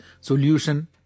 Solution